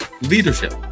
Leadership